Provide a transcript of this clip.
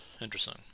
Interesting